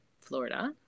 Florida